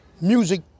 music